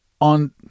On